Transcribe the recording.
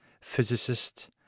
physicist